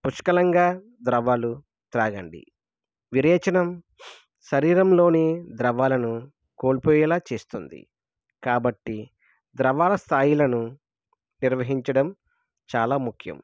పుష్కలంగా ద్రవాలు త్రాగండి విరేచనం శరీరంలోని ద్రవాలను కోల్పోయేలా చేస్తుంది కాబట్టి ద్రవాల స్థాయిలను నిర్వహించడం చాలా ముఖ్యం